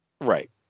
Right